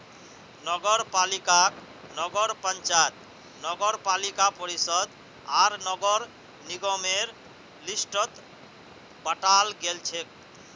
नगरपालिकाक नगर पंचायत नगरपालिका परिषद आर नगर निगमेर लिस्टत बंटाल गेलछेक